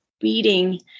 Beating